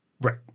Right